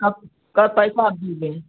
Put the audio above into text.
कब पैसा आप देंगे